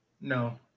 No